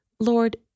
Lord